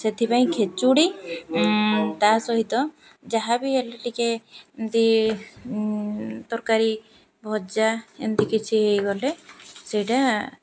ସେଥିପାଇଁ ଖେଚୁଡ଼ି ତା ସହିତ ଯାହା ବିି ହେଲେ ଟିକେ ଏମିତି ତରକାରୀ ଭଜା ଏମିତି କିଛି ହୋଇଗଲେ ସେଇଟା